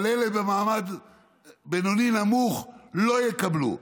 אבל אלה במעמד בינוני נמוך לא יקבלו,